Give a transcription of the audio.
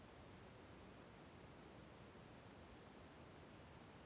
ಕೃಷಿ ಕ್ಷೇತ್ರದಲ್ಲಿ ತೂಕದ ಪಾತ್ರ ಬಹಳ ಮುಖ್ಯ ಅಲ್ರಿ?